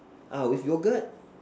ah with yogurt